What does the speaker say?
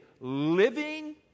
living